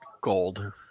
gold